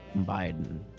Biden